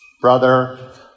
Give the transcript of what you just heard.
brother